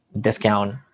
discount